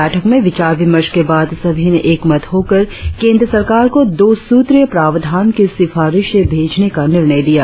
बैठक में विचार विमर्श के बाद सभी ने एकमत होकर केंद्र सरकार को दो सूत्रीय प्रावधान की सिफारिशे भेजने का निर्णय लिया